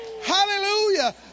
Hallelujah